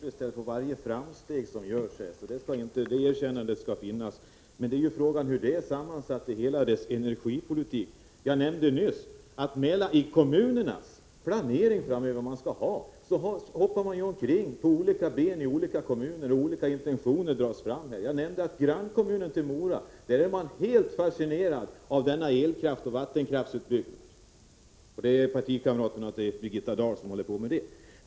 Fru talman! Jag är mycket tillfredsställd över varje framsteg som görs — det skall jag erkänna. Kritiken handlar om hur hela energipolitiken är sammansatt. Jag nämnde nyss att man sitter på olika stolar i olika kommuner när det gäller planeringen. Skilda intentioner uttalas ju här. Jag nämnde att man i grannkommunen till Mora är helt fascinerad av denna elkraftsoch vattenkraftsutbyggnad. Det är partikamrater till Birgitta Dahl som det handlar om där.